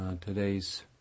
today's